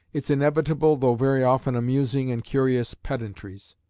its inevitable though very often amusing and curious pedantries.